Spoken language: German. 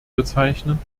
bezeichnen